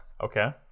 Okay